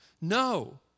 No